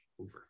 over